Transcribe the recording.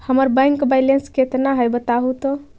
हमर bank balance केतना है बताहु तो?